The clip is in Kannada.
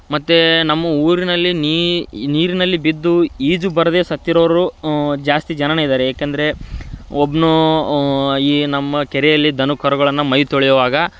ಮತ್ತು ನಮ್ಮ ಊರಿನಲ್ಲಿ ನೀ ನೀರಿನಲ್ಲಿ ಬಿದ್ದು ಈಜು ಬರದೇ ಸತ್ತಿರೋವ್ರು ಜಾಸ್ತಿ ಜನರೇ ಇದ್ದಾರೆ ಏಕೆಂದ್ರೆ ಒಬ್ಬನು ಈ ನಮ್ಮ ಕೆರೆಯಲ್ಲಿ ದನುಕರುಗಳನ್ನು ಮೈ ತೊಳೆಯುವಾಗ